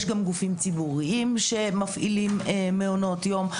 יש גם גופים ציבוריים שמפעילים מעונות יום.